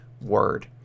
word